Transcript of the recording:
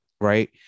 right